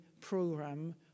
program